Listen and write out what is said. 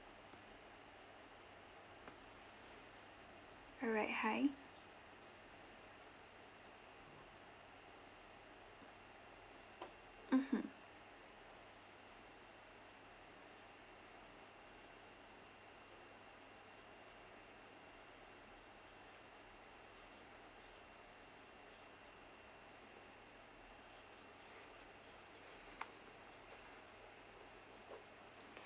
alright hi mmhmm